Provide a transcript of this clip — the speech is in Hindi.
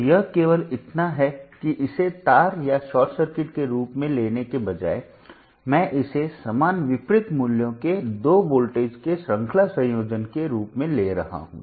तो यह केवल इतना है कि इसे तार या शॉर्ट सर्किट के रूप में लेने के बजाय मैं इसे समान विपरीत मूल्यों के दो वोल्टेज के श्रृंखला संयोजन के रूप में ले रहा हूं